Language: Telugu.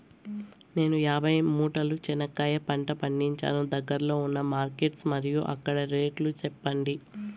నేను యాభై మూటల చెనక్కాయ పంట పండించాను దగ్గర్లో ఉన్న మార్కెట్స్ మరియు అక్కడ రేట్లు చెప్పండి?